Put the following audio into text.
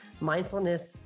mindfulness